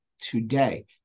today